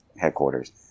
headquarters